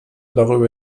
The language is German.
darüber